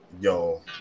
yo